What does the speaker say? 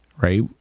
right